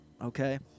Okay